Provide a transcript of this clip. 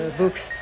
books